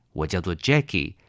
我叫做Jackie